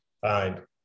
fine